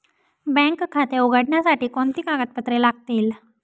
Bank खाते उघडण्यासाठी कोणती कागदपत्रे लागतील?